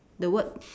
the word